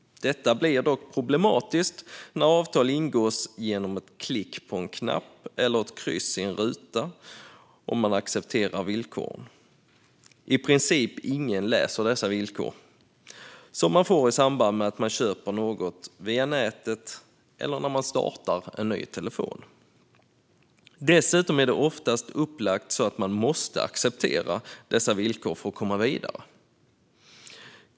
Detta blir dock problematiskt när avtal ingås genom att man med ett klick på en knapp eller ett kryss i en ruta accepterar villkoren. I princip ingen läser de villkor som ställs upp i samband med att man köper något via nätet eller när man startar en ny telefon. Dessutom är det oftast upplagt så att man måste acceptera dessa villkor för att komma vidare.